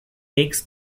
takes